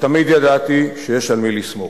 ותמיד ידעתי שיש על מי לסמוך.